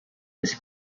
his